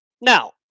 Now